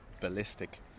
ballistic